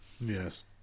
yes